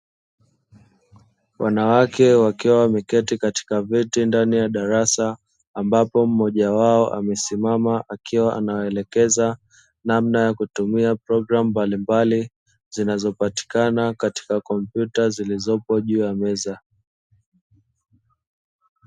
Wanawake wakiwa wameketi katika viti ndani ya darasa, ambapo mmoja wao amesimama akiwa anawaelekeza namna ya kutumia programu mbalimbali, zinazopatikana katika kompyuta zilizopo juu ya meza.